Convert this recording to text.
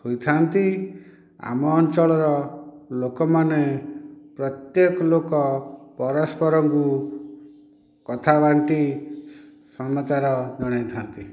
ହୋଇଥାନ୍ତି ଆମ ଅଞ୍ଚଳର ଲୋକମାନେ ପ୍ରତ୍ୟେକ ଲୋକ ପରସ୍ପରଙ୍କୁ କଥା ବାଣ୍ଟି ସମାଚାର ଜଣାଇ ଥାନ୍ତି